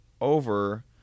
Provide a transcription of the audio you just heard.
over